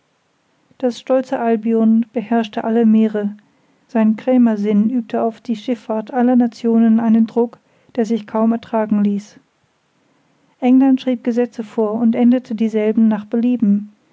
das stolze albion beherrschte alle meere sein krämersinn übte auf die schifffahrt aller nationen einen druck der sich kaum ertragen ließ england schrieb gesetze vor und änderte dieselben nach belieben